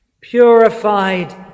purified